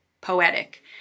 poetic